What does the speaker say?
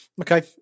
okay